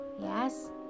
yes